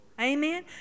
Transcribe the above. Amen